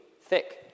thick